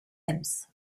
ems